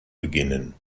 beginnen